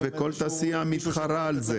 אה, וכל תעשיה מתחרה על זה?